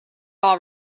all